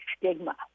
stigma